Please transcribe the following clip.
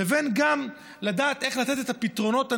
לבין לדעת איך לתת את הפתרונות הנכונים,